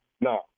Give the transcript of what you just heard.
No